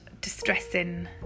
distressing